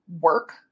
work